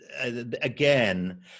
Again